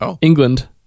England